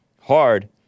hard